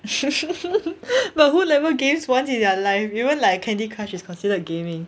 but who never games once in their life even like candy crush is considered gaming